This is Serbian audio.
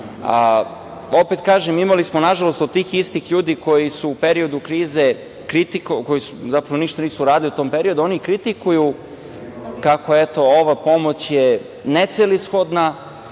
kažem, imali smo nažalost od tih istih ljudi koji su u periodu krize zapravo ništa nisu uradili u tom periodu, oni kritikuju kako je ova pomoć necelishodna,